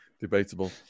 Debatable